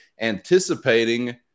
anticipating